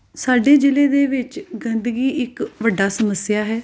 ਸਾਡੇ ਜ਼ਿਲ੍ਹੇ ਦੇ ਵਿੱਚ ਗੰਦਗੀ ਇੱਕ ਵੱਡੀ ਸਮੱਸਿਆ ਹੈ